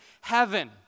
heaven